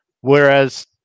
Whereas